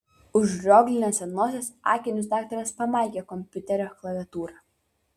užrioglinęs ant nosies akinius daktaras pamaigė kompiuterio klaviatūrą